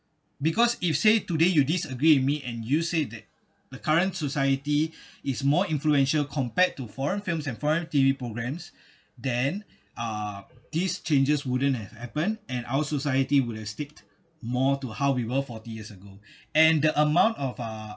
because if say today you disagree with me and you said that the current society is more influential compared to foreign films and foreign T_V programs then uh these changes wouldn't have happened and our society will have stick more to how we were forty years ago and the amount of uh